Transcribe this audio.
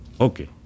Okay